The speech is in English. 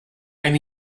and